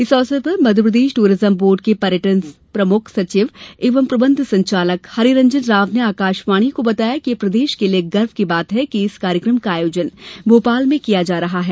इस अवसर पर मध्यप्रदेश टूरिज़म बोर्ड के पर्यटन प्रमुख सचिव एवं प्रबंध संचालक हरिरंजन राव ने आकाशवाणी को बताया कि ये प्रदेश के लिए गर्व की बात है कि इस कार्यक्रम आयोजन भोपाल में किया जा रहा है